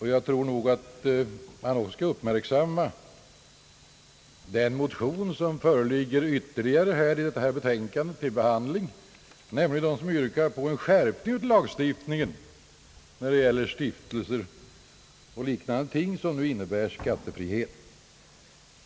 Man skall nog också uppmärksamma den ytterligare motion som föreligger till behandling i detta betänkande och som tvärtom yrkar på en skärpning av lagstiftningen när det gäller skattefrihet för stiftelser m.m.